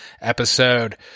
episode